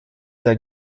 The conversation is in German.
der